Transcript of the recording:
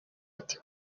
ati